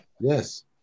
Yes